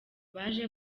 baje